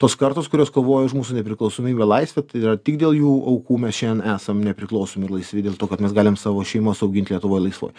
tos kartos kurios kovojo už mūsų nepriklausomybę laisvę tai yra tik dėl jų aukų mes šiandien esam nepriklausomi ir laisvi dėl to kad mes galim savo šeimas augint lietuvoj laisvoj